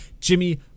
jimmy